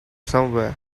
somewhere